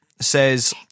Says